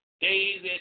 days